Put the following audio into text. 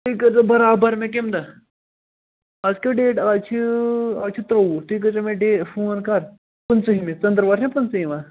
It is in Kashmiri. تُہۍ کٔرۍزیٚو برابر مےٚ کَمہِ دۄہ اَز کِہیٚو ڈیٹ اَز چھِ اَز چھُ ترٛووُہ تُہۍ کٔرۍزیٚو مےٚ ڈیٚے فون کَر پٕنٛژٕہمہِ ژٔنٛدرٕ وَار چھنا پٕنٛژٕٲہِم یِوان